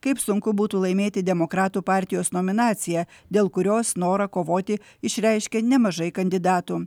kaip sunku būtų laimėti demokratų partijos nominaciją dėl kurios norą kovoti išreiškė nemažai kandidatų